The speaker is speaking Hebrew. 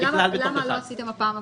למה לא עשיתם הפעם הבחנה?